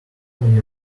many